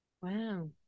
wow